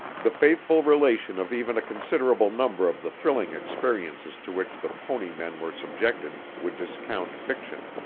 the faithful relation of even a considerable number of the thrilling experiences to which the pony men were subjected would discount fiction.